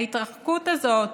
ההתרחקות הזאת